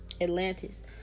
Atlantis